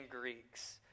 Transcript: Greeks